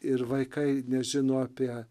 ir vaikai nežino apie